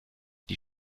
die